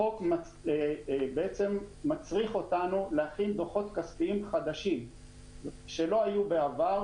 החוק בעצם מצריך אותנו להכין דוחות כספיים חדשים שלא היו בעבר,